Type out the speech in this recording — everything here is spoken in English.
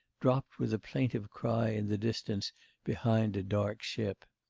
dropped with a plaintive cry in the distance behind a dark ship.